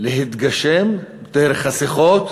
להתגשם דרך השיחות,